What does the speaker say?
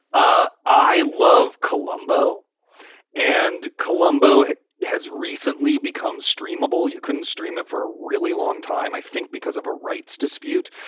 ah i love columbo and columbo has recently become street mobile. you couldn't stream it for a really long time, i think, because of a rights dispute.